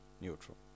neutral